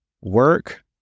work